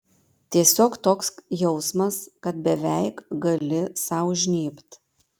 tiesiog toks jausmas kad beveik gali sau žnybt